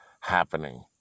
happening